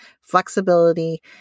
flexibility